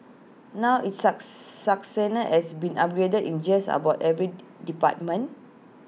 now its sucks suck sender has been upgraded in just about every D department